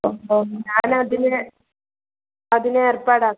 ഓ ഓ ഞാൻ അതിന് അതിന് ഏർപ്പാടാക്കാം